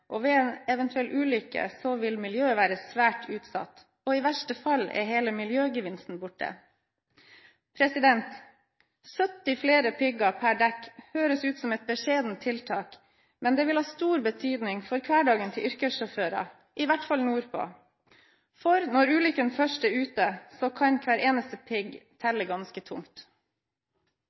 og ved en eventuell ulykke vil miljøet være svært utsatt, og i verste fall er hele miljøgevinsten borte. 70 flere pigger per dekk høres ut som et beskjedent tiltak, men det vil ha stor betydning for hverdagen til yrkessjåfører, i hvert fall nordpå. For når ulykken først er ute, så kan hver eneste pigg telle ganske tungt.